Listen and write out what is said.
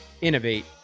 innovate